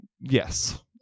yes